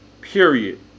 Period